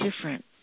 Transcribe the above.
different